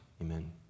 amen